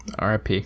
RIP